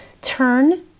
turn